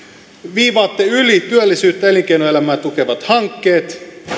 viivaatte yli työllisyyttä ja elinkeinoelämää tukevat hankkeet